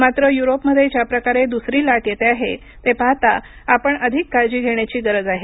मात्र युरोपमध्ये ज्याप्रकारे दुसरी लाट येते आहे ते पाहता आपण अधिक काळजी घेण्याची गरज आहे